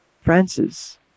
Francis